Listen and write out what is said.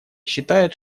считает